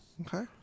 Okay